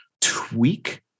tweak